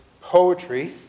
poetry